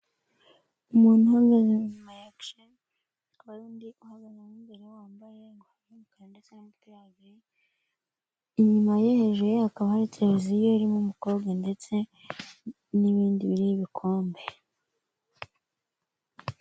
Umuntu uhagaze hakaba hari undi uhagaraze imbere wambaye ingofero y'umukara ndetse inyuma yo hejuru hakaba hari televiziyo irimo umukobwa ndetse n'ibindi birimo ibikombe.